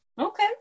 Okay